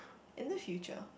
in the future